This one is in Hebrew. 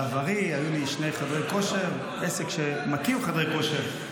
בעברי היו לי שני חדרי כושר, עסק שמקים חדרי כושר,